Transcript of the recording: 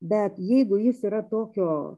bet jeigu jis yra tokio